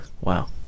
Wow